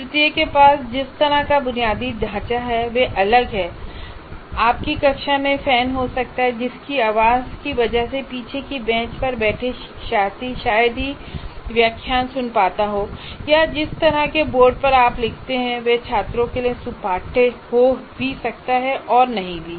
प्रत्येक के पास जिस तरह का बुनियादी ढांचा है वह अलग हैआपकी कक्षा में फैन हो सकता है जिसकी आवाज की वजह से पीछे की बेंच पर बैठे शिक्षार्थी शायद ही व्याख्यान सुन पाता हो या जिस तरह के बोर्ड पर आप लिखते हैं वह छात्रों के लिए सुपाठ्य हो भी सकता है और नहीं भी